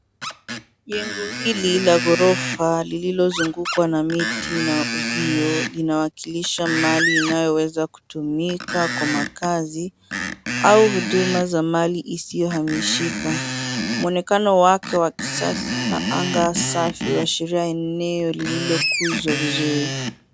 Jengo hili la ghorofa lililozungukwa na miti na uzio linawakilisha mali inayoweza kutumika kwa makazi au huduma za mali isiyohamishika. Mwonekano wake wa kisasa na anga safi waashiria eneo lililokuzwa vizuri.